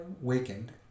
wakened